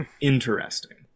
Interesting